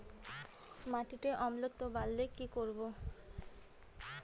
মাটিতে অম্লত্ব বাড়লে কি করব?